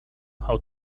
how